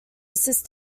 assist